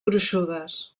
gruixudes